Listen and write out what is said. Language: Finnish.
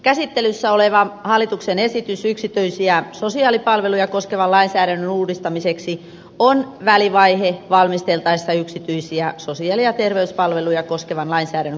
käsittelyssä oleva hallituksen esitys yksityisiä sosiaalipalveluja koskevan lainsäädännön uudistamiseksi on välivaihe valmisteltaessa yksityisiä sosiaali ja terveyspalveluja koskevan lainsäädännön kokonaisuudistusta